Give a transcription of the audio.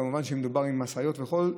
כמובן כשמדובר על משאיות עם חול,